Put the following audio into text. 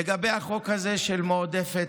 לגבי החוק הזה של המועדפת,